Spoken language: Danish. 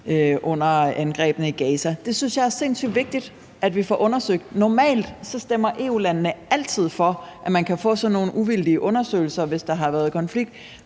under angrebene i Gaza. Det synes jeg er sindssyg vigtigt at vi får undersøgt. Normalt stemmer EU-landene altid for, at man kan få sådan nogle uvildige undersøgelser, hvis der har været konflikt,